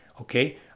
okay